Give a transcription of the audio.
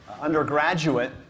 undergraduate